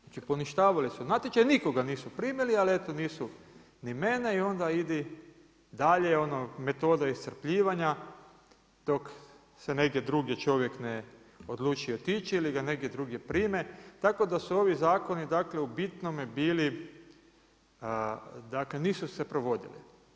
Znači poništavali su natječaj, nikoga nisu primili, ali eto nisu ni mene, onda idi dalje, metoda iscrpljivanja, dok se negdje druge čovjek ne odluči otići ili ga negdje drugdje prime, tako da su ovi zakoni dakle, u bitnome bili, dakle, nisu se provodili.